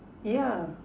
yeah